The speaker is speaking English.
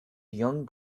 young